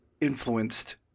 influenced